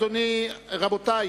אדוני היושב-ראש,